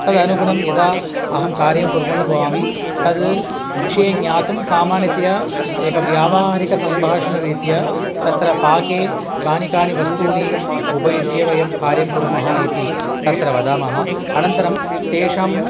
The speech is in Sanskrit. तदनुगुणं यदा अहं कार्यं कुर्वन् भवामि तद् विषये ज्ञातुं सामान्यतया एक व्यावहारिकरीत्या सम्भाषणरीत्या तत्र पाके कानि कानि वस्तूनि उपयुज्य वयं कार्यं कुर्मः इति तत्र वदामः अनन्तरं तेषाम्